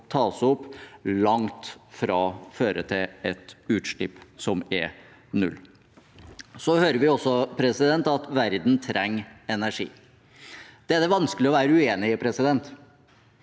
som tas opp, langt fra fører til et utslipp som er null. Vi hører også at verden trenger energi. Det er det vanskelig å være uenig i, men